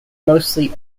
mostly